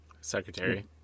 secretary